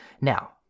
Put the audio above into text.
Now